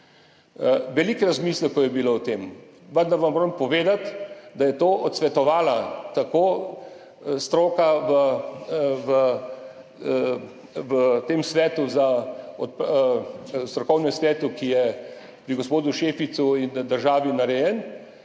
Veliko razmislekov je bilo o tem, vendar vam moram povedati, da je to odsvetovala tako stroka v strokovnem svetu, ki je pri gospodu Šeficu in državi narejen,